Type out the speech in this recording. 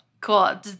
cool